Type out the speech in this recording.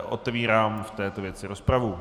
Otevírám v této věci rozpravu.